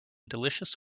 delicious